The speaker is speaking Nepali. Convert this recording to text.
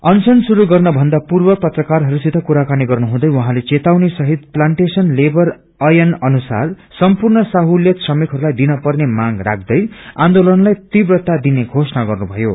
अश्रान श्रुरू गर्न भन्दा पुर्व पत्रकारहस्थित कुराकानी गर्नुहुँदै उहाँले चेतावनी सहित प्लान्टेशन लेवर ऐन अनुसार सम्पूर्ण सहुलियत श्रमिकहस्लाईदिनपर्ने मांग राख्दै आन्दोलनलाई तीव्रता दिने धोषणा गर्नु भ्यो